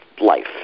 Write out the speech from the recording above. life